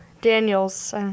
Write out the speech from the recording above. Daniels